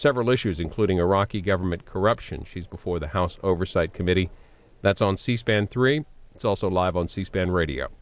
several issues including iraqi government corruption she's before the house oversight committee that's on c span three it's also live on c span radio